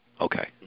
Okay